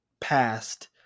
past